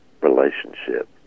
relationship